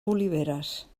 oliveres